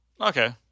Okay